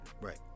right